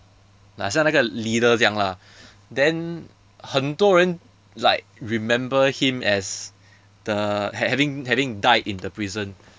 像那个 leader 这样 lah then 很多人 like remember him as the ha~ having having died in the prison